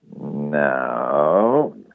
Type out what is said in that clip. No